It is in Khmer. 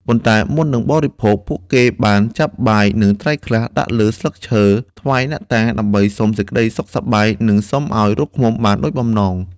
ប៉ុន្តែមុននឹងបរិភោគ ពួកគេបានចាប់បាយ និងត្រីខ្លះដាក់លើស្លឹកឈើថ្វាយអ្នកតា ដើម្បីសុំសេចក្តីសុខសប្បាយ និងសុំឲ្យរកឃ្មុំបានដូចបំណង។